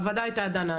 הוועדה הייתה דנה,